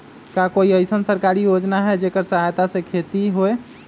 का कोई अईसन सरकारी योजना है जेकरा सहायता से खेती होय?